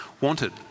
wanted